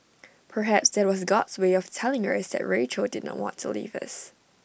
perhaps that was God's way of telling us that Rachel did not want to leave us